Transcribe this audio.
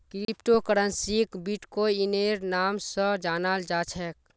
crypto करन्सीक बिट्कोइनेर नाम स जानाल जा छेक